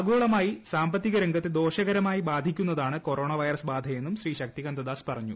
ആഗോളമായി സാമ്പത്തികരംഗത്തെ ദോഷകരമായി ബാധിക്കുന്നതാണ് കൊറോണ വൈറസ് ബാധയെന്നും ശ്രീ ശക്തികാന്തദാസ് പറഞ്ഞു